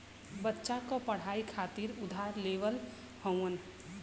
बच्चा क पढ़ाई खातिर उधार लेवल हउवन